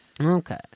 Okay